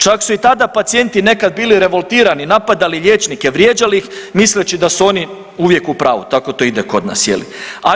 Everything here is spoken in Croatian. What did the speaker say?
Čak su i tada pacijenti nekad bili revoltirani, napadali liječnike, vrijeđali ih misleći da su oni uvijek u pravu, tako to ide kod nas je li.